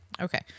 Okay